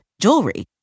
jewelry